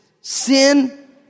Sin